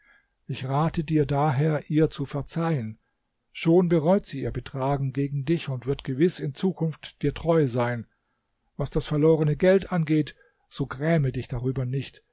ich rate dir daher ihr zu verzeihen schon bereut sie ihr betragen gegen dich und wird gewiß in zukunft dir treu sein was das verlorene geld angeht so gräme dich darüber nicht